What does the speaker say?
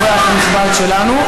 עם האורח הנכבד שלנו.